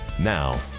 Now